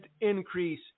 increase